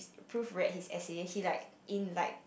proof read his essay he like invite